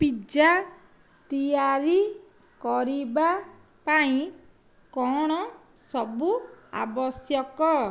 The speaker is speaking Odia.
ପିଜ୍ଜା ତିଆରି କରିବା ପାଇଁ କଣ ସବୁ ଆବଶ୍ୟକ